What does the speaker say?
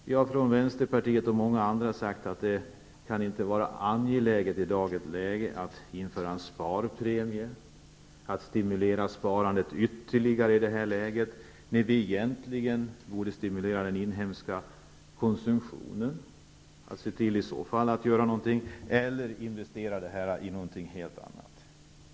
Vi från Vänsterpartiet och många andra har sagt att det i dag inte kan vara angeläget att införa en sparpremie, att stimulera sparandet ytterligare, när man egentligen borde stimulera den inhemska konsumtionen eller investera dessa pengar i något helt annat.